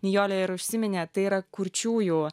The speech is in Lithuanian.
nijolė ir užsiminė tai yra kurčiųjų